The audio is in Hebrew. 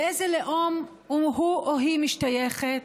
לאיזה לאום הוא או היא משתייכת.